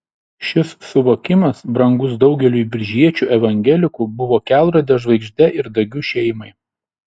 šis suvokimas brangus daugeliui biržiečių evangelikų buvo kelrode žvaigžde ir dagių šeimai